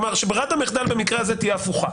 כלומר, שברירת המחדל במקרה הזה תהיה הפוכה.